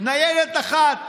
ניידת אחת